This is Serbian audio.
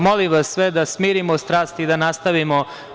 Molim vas, sve da smirimo strasti i da nastavimo.